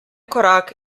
korak